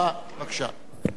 חברי חברי הכנסת,